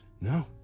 No